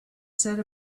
said